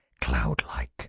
Cloud-like